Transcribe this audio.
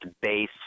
base